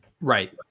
right